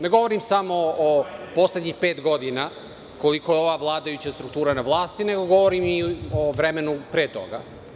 Ne govorim samo o poslednjih pet godina, koliko je ova vladajuća struktura na vlasti, nego govorim i o vremenu pre toga.